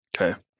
Okay